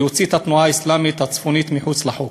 להוציא את התנועה האסלאמית הצפונית מחוץ לחוק,